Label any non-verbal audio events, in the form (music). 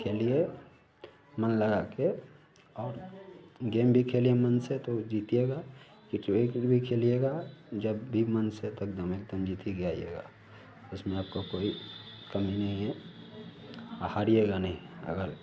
खेलिए मन लगाकर और गेम भी खेलिए मन से तो जीतिएगा (unintelligible) भी खेलिएगा जब भी मन से तो एकदम एकदम जीत ही कर आइएगा उसमें आपको कोई कमी नहीं है हारिएगा नहीं अगर